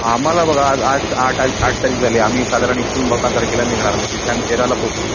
आम्हाला बघा आज आठ आठ आज आठ तारीख झाली आहे आम्ही साधारण इथून बारा तारखेला निघणार मए तिथे आम्ही तेराला पोचू